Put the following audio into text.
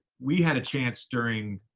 we had a chance during